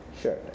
Sure